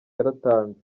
yaratanze